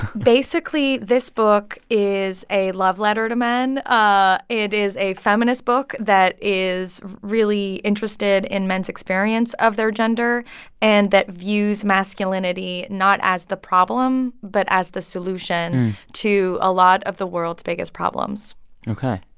basically, this book is a love letter to men. ah it is a feminist book that is really interested in men's experience of their gender and that views masculinity not as the problem, but as the solution to a lot of the world's biggest problems ok.